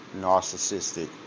narcissistic